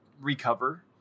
recover